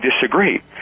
disagree